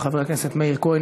חבר הכנסת מאיר כהן,